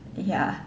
ya